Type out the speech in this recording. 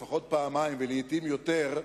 לפחות פעמיים ולעתים יותר,